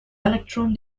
electron